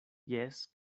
jes